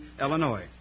Illinois